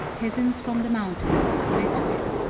peasants from the mountains are met with,